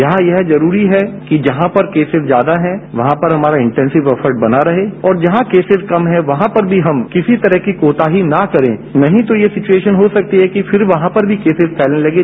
यहां यह जरूरी है कि जहां पर केसेज ज्यादा हैं वहां पर हमारा इंटेसिव एफर्ट बना रहे और जहां केसेज कम हैं वहां पर भी हम किसी तरह की कोताही न करें नहीं तो ये सिच्एशन हो सकती है कि फिर वहां पर भी केसेज फैलने लगें